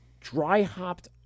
dry-hopped